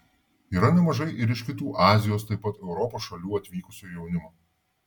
yra nemažai ir iš kitų azijos taip pat europos šalių atvykusio jaunimo